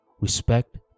Respect